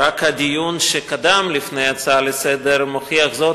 ורק הדיון שקדם להצעה לסדר-היום מוכיח זאת.